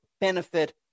benefit